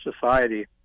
society